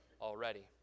already